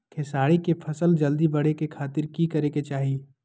खेसारी के फसल जल्दी बड़े के खातिर की करे के चाही?